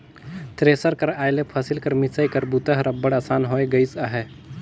thresher कर आए ले फसिल कर मिसई कर बूता हर अब्बड़ असान होए गइस अहे